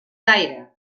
aire